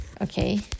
Okay